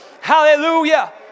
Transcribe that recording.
Hallelujah